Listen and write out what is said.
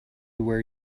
where